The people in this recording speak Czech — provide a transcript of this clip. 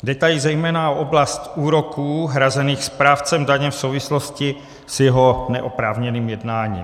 Jde tady zejména o oblast úroků hrazených správcem daně v souvislosti s jeho neoprávněným jednáním.